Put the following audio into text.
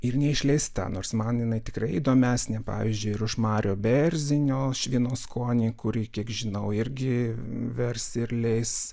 ir neišleista nors man jinai tikrai įdomesnė pavyzdžiui ir už mario bėrzinio švino skonį kurį kiek žinau irgi vers ir leis